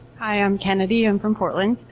hi, i'm kennedy and from portland.